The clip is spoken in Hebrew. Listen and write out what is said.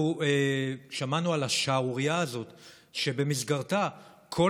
אנחנו שמענו על השערורייה הזאת שבמסגרתה כל